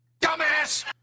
dumbass